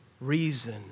reason